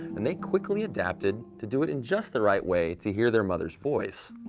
and they quickly adapted to do it in just the right way to hear their mother's voice.